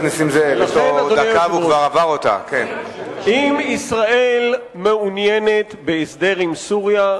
היושב-ראש, אם ישראל מעוניינת בהסדר עם סוריה,